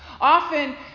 Often